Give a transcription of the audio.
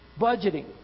budgeting